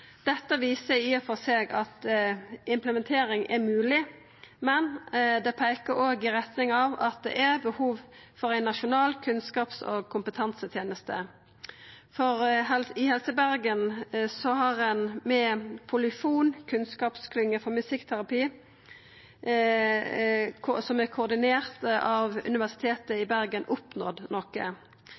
Dette viser i og for seg at implementering er mogleg, men det peikar òg i retning av at det er behov for ei nasjonal kunnskaps- og kompetanseteneste, for i Helse Bergen har ein med POLYFON kunnskapsklynge for musikkterapi, koordinert av Universitetet i Bergen,